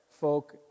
folk